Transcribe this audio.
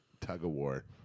tug-of-war